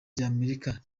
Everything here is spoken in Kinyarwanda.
ry’amerika